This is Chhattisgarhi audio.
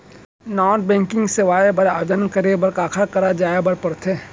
नॉन बैंकिंग सेवाएं बर आवेदन करे बर काखर करा जाए बर परथे